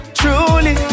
truly